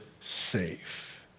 safe